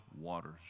waters